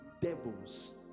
devils